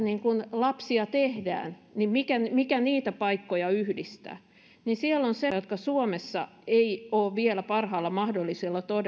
lapsia tehdään ja mikä niitä paikkoja yhdistää niin siellä on semmoisia ilmiöitä jotka suomessa eivät ole vielä parhaalla mahdollisella